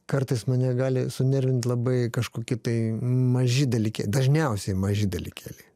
kartais mane gali sunervint labai kažkokie tai maži dažniausiai maži dalykėliai